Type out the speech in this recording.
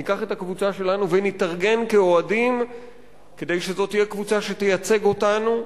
ניקח את הקבוצה שלנו ונתארגן כאוהדים כדי שזאת תהיה קבוצה שתייצג אותנו,